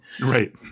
right